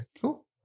Cool